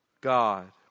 God